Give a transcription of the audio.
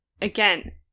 again